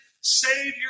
Savior